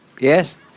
Yes